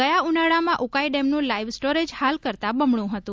ગયા ઉનાળામાં ઉકાઇ ડેમનું લાઇવ સ્ટોરેજ હાલ કરતા બમણું હતું